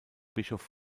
bischof